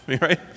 right